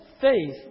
faith